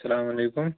اَسلامُ عَلیکُم